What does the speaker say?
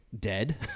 dead